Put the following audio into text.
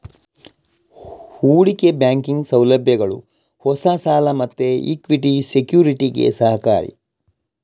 ಹೂಡಿಕೆ ಬ್ಯಾಂಕಿಂಗ್ ಸೌಲಭ್ಯಗಳು ಹೊಸ ಸಾಲ ಮತ್ತೆ ಇಕ್ವಿಟಿ ಸೆಕ್ಯುರಿಟಿಗೆ ಸಹಕಾರಿ